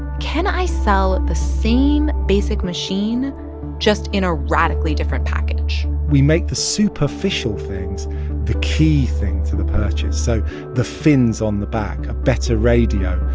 can i sell the same basic machine just in a radically different package? we make the superficial things the key thing to the purchase so the fins on the back, a better radio,